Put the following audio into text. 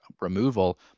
removal